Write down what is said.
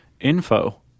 info